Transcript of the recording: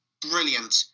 brilliant